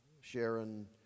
Sharon